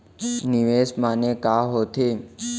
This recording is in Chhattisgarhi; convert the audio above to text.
निवेश माने का होथे?